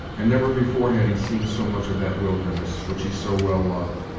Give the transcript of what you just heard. and never before had he seen so much of that wilderness, which he so well loved,